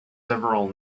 several